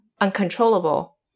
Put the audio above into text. uncontrollable